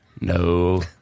no